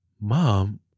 Mom